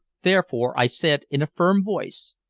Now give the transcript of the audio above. therefore i said in a firm voice,